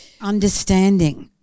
understanding